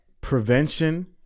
prevention